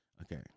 Okay